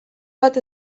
bat